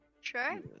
Sure